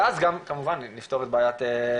ואז גם כמובן נפתור את בעיית ההפללה.